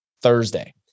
Thursday